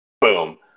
boom